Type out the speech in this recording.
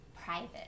private